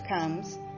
comes